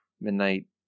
Midnight